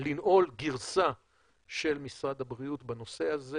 לנעול גרסה של משרד הבריאות בנושא הזה.